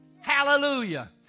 Hallelujah